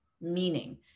meaning